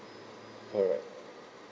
alright